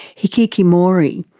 hikikomori.